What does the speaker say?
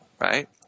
Right